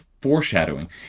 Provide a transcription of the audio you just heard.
foreshadowing